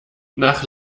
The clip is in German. nach